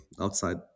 outside